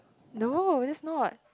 no that's not